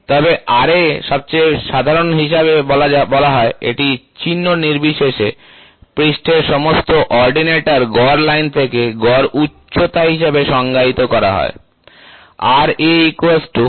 তবে Ra সবচেয়ে সাধারণ হিসাবে বলা হয় এটি চিহ্ন নির্বিশেষে পৃষ্ঠের সমস্ত অর্ডিনেটর গড় লাইন থেকে গড় উচ্চতা হিসাবে সংজ্ঞায়িত করা হয়